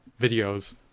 videos